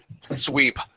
sweep